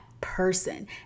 person